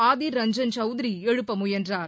Adhir Ranjan சவுத்ரிஎழுப்பமுயன்றார்